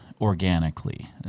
organically